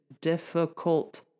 difficult